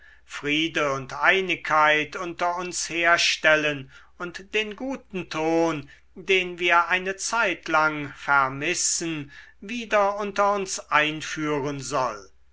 friede und einigkeit unter uns herstellen und den guten ton den wir eine zeitlang vermissen wieder unter uns einführen soll